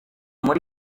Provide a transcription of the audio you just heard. muri